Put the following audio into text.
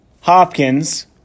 Hopkins